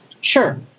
Sure